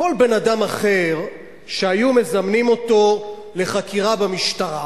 כל בן-אדם אחר שהיו מזמנים אותו לחקירה במשטרה